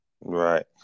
Right